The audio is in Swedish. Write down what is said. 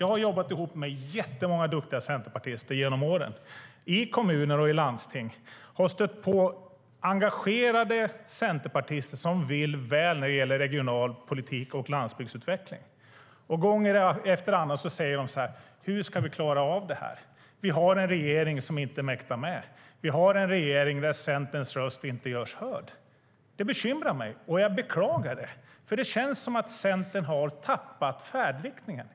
Jag har jobbat ihop med jättemånga duktiga centerpartister genom åren, i kommuner och i landsting, och har stött på engagerade centerpartister som vill väl när det gäller regional politik och landsbygdsutveckling. Gång efter annan säger de: Hur ska vi klara av det här? Vi har en regering som inte mäktar med. Vi har en regering där Centerns röst inte görs hörd. Det bekymrar mig, och jag beklagar det. Det känns som att Centern har tappat färdriktningen.